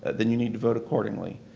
then you need to vote accordingly.